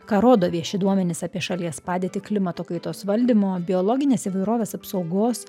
ką rodo vieši duomenys apie šalies padėtį klimato kaitos valdymo biologinės įvairovės apsaugos